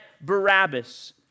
Barabbas